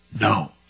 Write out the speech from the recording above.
no